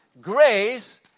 Grace